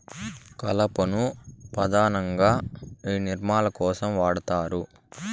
కలపను పధానంగా నిర్మాణాల కోసం వాడతారు